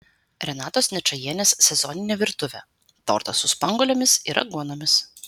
renatos ničajienės sezoninė virtuvė tortas su spanguolėmis ir aguonomis